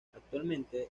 actualmente